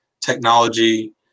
technology